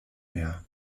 mehr